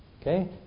Okay